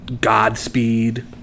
Godspeed